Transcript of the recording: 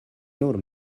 nur